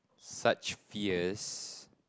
such fears